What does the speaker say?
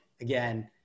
Again